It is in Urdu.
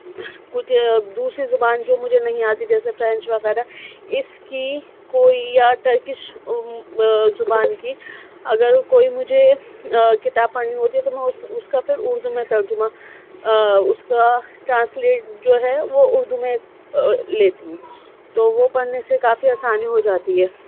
کچھ دوسری زبان جو مجھے نہیں آتی جیسے فرینچ وغیرہ اس کی کوئی یا ٹرکش زبان کی اگر کوئی مجھے کتاب پڑھنی ہوتی ہے تو میں اس اس کا پھر اردو میں ترجمہ اس کا ٹرانسلیٹ جو ہے وہ اردو میں لیتی ہوں تو وہ پڑھنے سے کافی آسانی ہو جاتی ہے